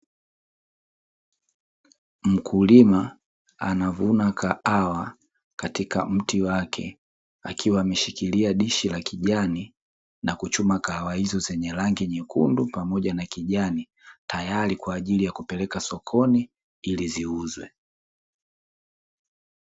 Mkulima anavuna kahawa katika mti wake, akiwa ameshikilia dishi la kijani na kuchuma kahawa hizo zenye rangi nyekundu pamoja na kijani, tayari kwa ajili ya kupeleka sokoni ili ziuzwe.